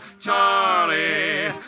Charlie